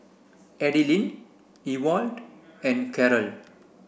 Adilene Ewald and Carrol